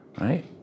right